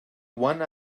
one